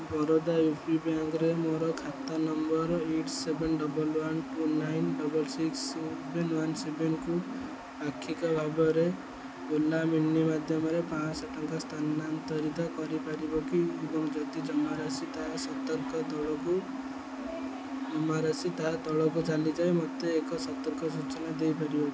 Baroda U P ବ୍ୟାଙ୍କରେ ମୋର ଖାତା ନମ୍ବର eight seven double one two nine double six seven one ସେଭେନ୍କୁ ପାକ୍ଷିକ ଭାବରେ ଓଲା ମନି ମାଧ୍ୟମରେ ପାଞ୍ଚ ଶହ ଟଙ୍କା ସ୍ଥାନାନ୍ତରିତ କରିପାରିବ କି ଏବଂ ଯଦି ଜମାରାଶି ତାହା ସତର୍କ ଦୂରକୁ ଜମାରାଶି ତାହା ତଳକୁ ଚାଲିଯାଏ ମୋତେ ଏକ ସତର୍କ ସୂଚନା ଦେଇପାରିବ